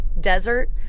desert